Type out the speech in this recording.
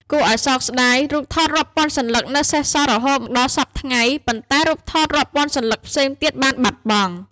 គួរឱ្យសោកស្ដាយ រូបថតរាប់ពាន់សន្លឹកនៅសេសសល់រហូតដល់សព្វថ្ងៃ ប៉ុន្តែរូបថតរាប់ពាន់សន្លឹកផ្សេងទៀតបានបាត់បង់។